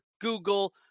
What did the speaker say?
Google